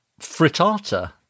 frittata